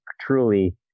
truly